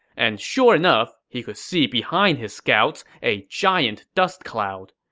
and sure enough, he could see behind his scouts a giant dust cloud.